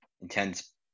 intense